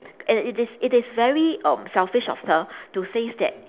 and it is it is very err selfish of her to says that